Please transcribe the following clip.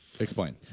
Explain